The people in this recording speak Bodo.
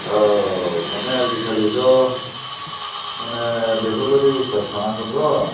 औ माने आजिखालिथ' माने बेफोरबादि बुस्थुवा थानांगौथ'